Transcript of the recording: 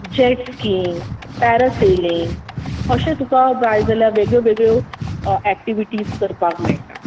जेस्कींग parasailing अशें तुका जाय जाल्यार वेगळ्यो वेगळ्यो एक्टीविटीज करपाक मेळटा